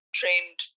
trained